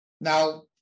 Now